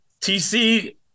TC